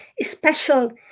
special